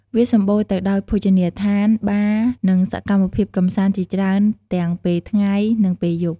វាសម្បូរទៅដោយភោជនីយដ្ឋាន បារ និងសកម្មភាពកម្សាន្តជាច្រើនទាំងពេលថ្ងៃ និងពេលយប់។